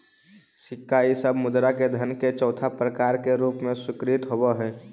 सिक्का इ सब मुद्रा धन के चौथा प्रकार के रूप में स्वीकृत होवऽ हई